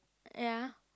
ya